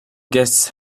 guests